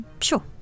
Sure